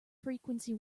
frequency